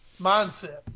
mindset